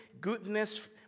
goodness